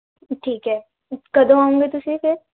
ਠੀਕ ਹੈ ਕਦੋਂ ਆਉਗੇ ਤੁਸੀਂ ਫਿਰ